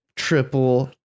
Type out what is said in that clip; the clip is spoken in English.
Triple